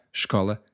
escola